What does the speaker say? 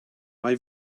mae